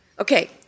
Okay